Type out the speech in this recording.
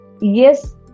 Yes